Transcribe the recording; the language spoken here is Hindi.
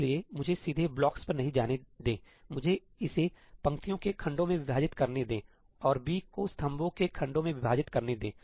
इसलिए मुझे सीधे ब्लॉकस पर नहीं जाने देंमुझे इसे पंक्तियों के खंडों में विभाजित करने दें और B को स्तंभों के खंडों में विभाजित करने दें